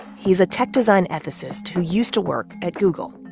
he's a tech design ethicist who used to work at google.